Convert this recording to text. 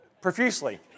profusely